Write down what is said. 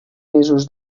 mesos